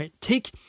Take